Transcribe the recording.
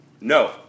No